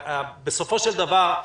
בסופו של דבר,